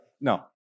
No